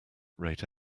rate